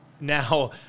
Now